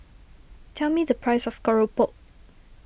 tell me the price of Keropok